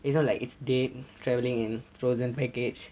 it's not like it's dead travelling in frozen package